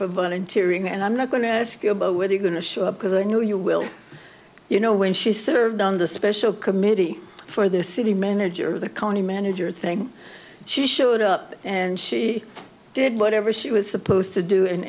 volunteering and i'm not going to ask you about whether you're going to show up because i knew you will you know when she served on the special committee for the city manager the county manager thing she showed up and she did whatever she was supposed to do and